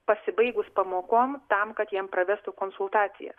pasibaigus pamokom tam kad jiems pravestų konsultaciją